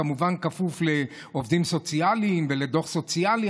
כמובן בכפוף לעובדים סוציאליים ולדוח סוציאלי,